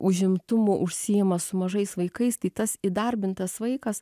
užimtumu užsiima su mažais vaikais tai tas įdarbintas vaikas